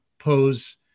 Pose